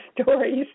stories